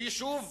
ביישוב מסוים,